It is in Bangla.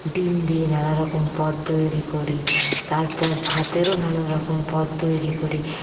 ডিম দিয়ে নানারকম পদ তৈরি করি তারপর ভাতেরও নানারকম পদ তৈরি করি